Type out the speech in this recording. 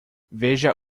veja